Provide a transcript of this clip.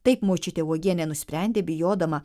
taip močiutė uogienė nusprendė bijodama